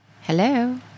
Hello